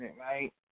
right